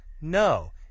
No